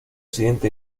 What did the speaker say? siguiente